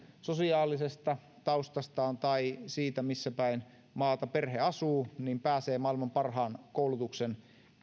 sosiaalisesta taustastaan tai siitä missäpäin maata perhe asuu pääsee maailman parhaan koulutuksen